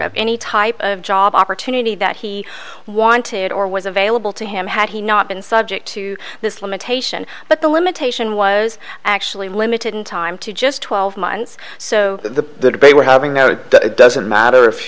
of any type of job opportunity that he wanted or was available to him had he not been subject to this limitation but the limitation was actually limited in time to just twelve months so the debate we're having no it doesn't matter if